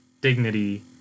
dignity